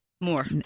More